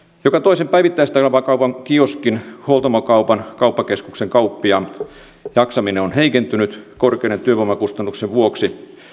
joka toisen päivittäistavarakaupan kioskin huoltamokaupan kauppakeskuksen kauppiaan jaksaminen on heikentynyt korkeiden työvoimakustannusten vuoksi